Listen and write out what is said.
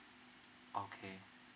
okay